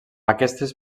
aquestes